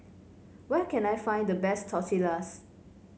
where can I find the best Tortillas